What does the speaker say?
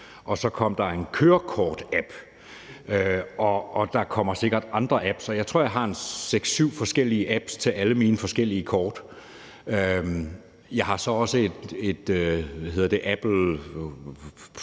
der så kom en kørekortapp. Og der kommer sikkert andre apps. Jeg tror, at jeg har seks-syv forskellige apps til alle mine forskellige kort. Jeg har så også, hvad hedder det, Apple